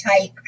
type